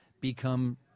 become